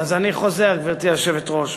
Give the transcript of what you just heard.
אני חוזר, גברתי היושבת-ראש.